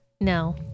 No